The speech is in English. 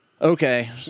okay